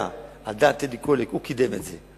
היה על דעת טדי קולק, הוא קידם את זה.